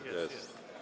Jest.